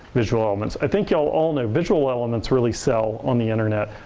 visual elements. i think you all all know, visual elements really sell on the internet.